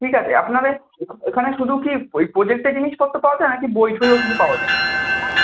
ঠিক আছে আপনাদের এখা এখানে শুধু কি ওই প্রোজেক্টের জিনিসপত্র পাওয়া যায় না কি বই ঠইও কিছু পাওয়া যায়